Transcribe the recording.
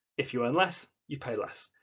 if you earn less, you pay less.